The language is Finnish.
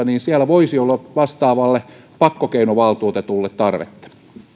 niin siellä voisi olla vastaavalle pakkokeinovaltuutetulle tarvetta